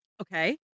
Okay